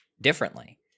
differently